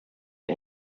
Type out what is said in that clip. and